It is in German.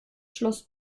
schloss